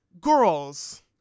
girls